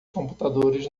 computadores